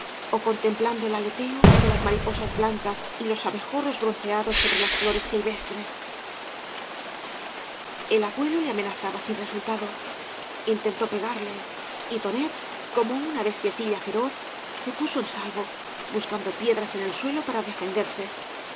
ó contemplando el aleteo de las mariposas blancas y los abejorros bronceados so bre las flores silvestres el abuelo le amenazaba sin resultado intentó pegarle y tonet como una bestiecilla feroz se puso en salvo buscando piedras en el suelo para defenderse